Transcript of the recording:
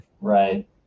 Right